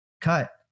cut